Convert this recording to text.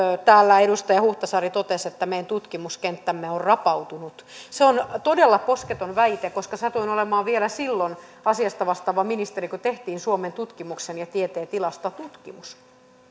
täällä edustaja huhtasaari totesi että meidän tutkimuskenttämme on rapautunut se on todella posketon väite koska satuin olemaan vielä silloin asiasta vastaava ministeri kun tehtiin suomen tutkimuksen ja tieteen tilasta tutkimus